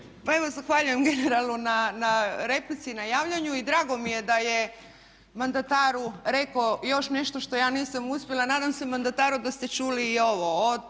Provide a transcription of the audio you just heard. Pa evo zahvaljujem generalu na replici, na javljanju i drago mi je da je mandataru reko još nešto što ja nisam uspjela. Nadam se mandataru da ste čuli i ovo